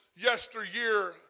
yesteryear